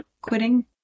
quitting